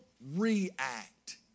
react